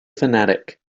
fanatic